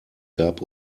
gab